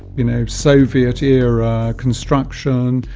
you know, soviet-era construction,